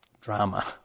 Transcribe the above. drama